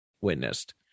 witnessed